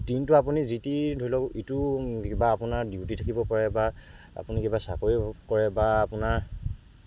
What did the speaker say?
দিনটো আপুনি যি টি ধৰি লওক ইটো কিবা আপোনাৰ ডিউটি থাকিব পাৰে বা আপুনি কিবা চাকৰি কৰে বা আপোনাৰ